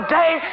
day